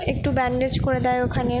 একটু ব্যান্ডেজ করে দেয় ওখানে